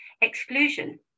exclusion